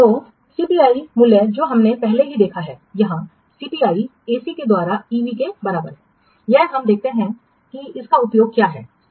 तो सीपीआई मूल्य जो हमने पहले ही देखा है यहाँ CPI AC के द्वारा EV के बराबर है या हम देखते हैं कि इसका उपयोग क्या है